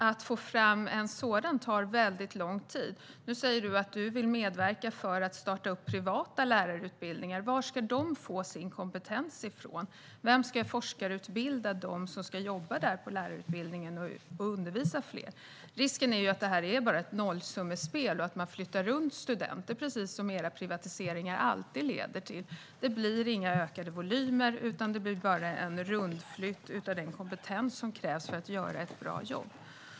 Att få fram sådana tar väldigt lång tid. Maria Stockhaus säger att hon vill medverka till att starta privata lärarutbildningar, men varifrån ska de få sin kompetens? Vem ska forskarutbilda dem som ska jobba på lärarutbildningen och undervisa? Risken är att detta bara är ett nollsummespel och att man flyttar runt studenter, vilket är precis vad era privatiseringar alltid leder till. Det blir inga ökade volymer, utan det blir bara en rundflytt av den kompetens som krävs för att göra ett bra jobb.